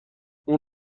اون